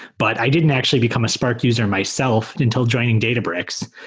but i didn't actually become a spark user myself until joining databricks.